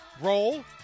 Roll